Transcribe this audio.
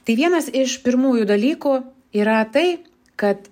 tai vienas iš pirmųjų dalykų yra tai kad